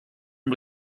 amb